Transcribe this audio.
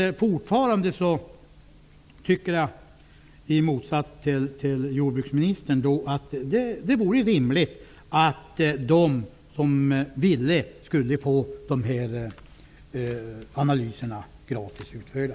I motsats till jordbruksministern tycker jag fortfarande att det vore rimligt att de som vill ha dessa analyser skulle få dem gratis utförda.